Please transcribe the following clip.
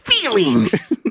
feelings